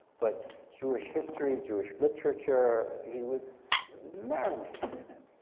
but jewish history, jewish literature, he was marinated in it.